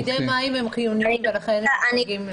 תאגידי מים הם חיוניים, ולכן הם חריגים.